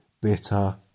bitter